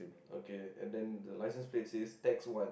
okay and then the license species text one